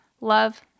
love